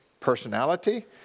personality